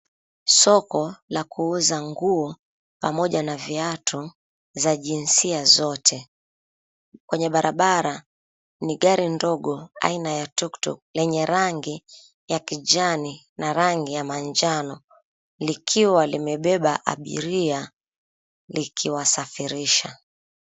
Soko la kuuza nguo pamoja na viatu za jinsia zote. Kwenye barabara ni gari ndogo aina ya tuktuk lenye rangi ya kijani na rangi ya manjano likiwa limebeba abiria likiwasafirisha.